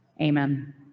Amen